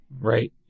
right